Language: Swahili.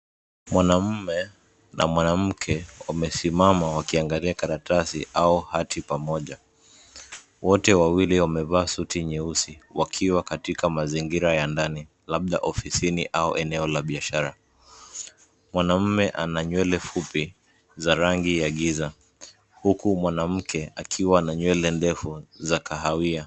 Mwanamme na mwanamke, wamesimama wakiangalia karatasi, au hati pamoja. Wote wawili wamevaa suti nyeusi, wakiwa katika mazingira ya ndani, labda ofisini au eneo la biashara. Mwanamme ana nywele fupi, za rangi ya giza, huku mwanamke, akiwa na nywele ndefu, za kahawia.